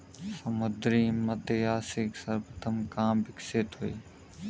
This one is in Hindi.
समुद्री मत्स्यिकी सर्वप्रथम कहां विकसित हुई?